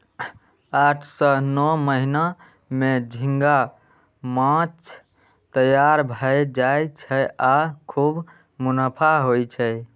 आठ सं नौ महीना मे झींगा माछ तैयार भए जाय छै आ खूब मुनाफा होइ छै